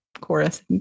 chorus